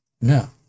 No